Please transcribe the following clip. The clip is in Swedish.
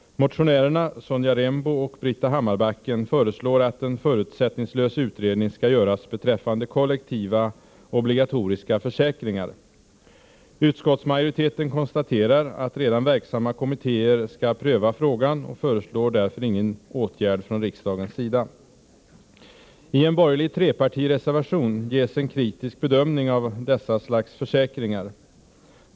Motionärerna, Sonja Rembo och Britta Hammarbacken, föreslår att en förutsättningslös utredning skall göras beträffande kollektiva, obligatoriska försäkringar. Utskottsmajoriteten konstaterar att redan verksamma kommittéer skall pröva frågan och föreslår därför ingen åtgärd från riksdagens sida. I en borgerlig trepartireservation ges en kritisk bedömning av detta slags försäkringar.